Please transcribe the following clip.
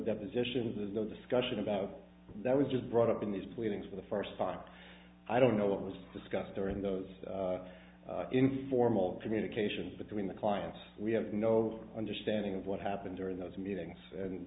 depositions of those discussion about that was just brought up in these pleadings for the first part i don't know what was discussed during those informal communications between the clients we have no understanding of what happened during those meetings and